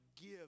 give